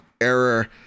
error